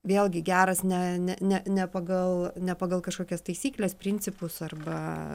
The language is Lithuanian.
vėlgi geras ne ne ne ne pagal ne pagal kažkokias taisykles principus arba